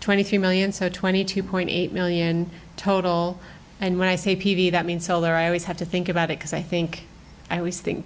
twenty three million so twenty two point eight million total and when i say p v that means cell there i always have to think about it because i think i always think